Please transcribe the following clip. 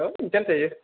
औ बिदिआनो जायो